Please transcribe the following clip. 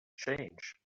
change